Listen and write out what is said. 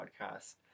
podcast